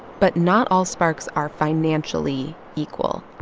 but not all sparks are financially equal.